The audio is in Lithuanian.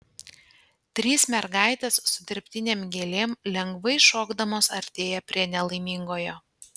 trys mergaitės su dirbtinėm gėlėm lengvai šokdamos artėja prie nelaimingojo